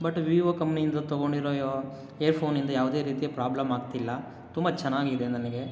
but Vivo ಕಂಪ್ನಿಂದು ತೊಗೊಂಡಿರೋ ಇಯರ್ಫೋನಿಂದ ಯಾವುದೇ ರೀತಿಯ ಪ್ರಾಬ್ಲಮ್ ಆಗ್ತಿಲ್ಲ ತುಂಬ ಚೆನ್ನಾಗಿದೆ ನನಗೆ